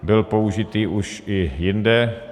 Byl použitý už i jinde.